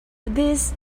these